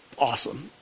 awesome